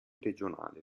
regionale